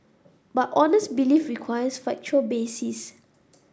but honest belief requires factual basis